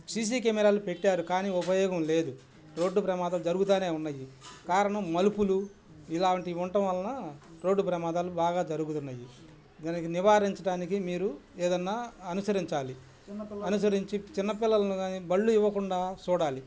CC కెమెరాలు పెట్టారు కానీ ఉపయోగం లేదు రోడ్డు ప్రమాదం జరుగుతానే ఉన్నాయి కారణం మలుపులు ఇలాంటివి ఉండటం వలన ప్రమాదాలు బాగా జరుగుతున్నయి దానికి నివారించటానికి మీరు ఏదన్నా అనుసరించాలి అనుసరించి చిన్న పిల్లల్ని గానీ బళ్ళు ఇవ్వకుండా చూడాలి